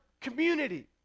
community